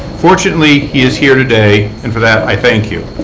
fortunately, he is here today. and for that, i thank you.